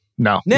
No